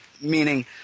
meaning